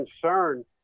concern